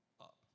up